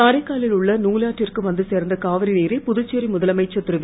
காரைக்காலில் உள்ள நூலாற்றுக்கு வந்து சேர்ந்த காவிரி நீரை புதுச்சேரி முதலமைச்சர் திருவி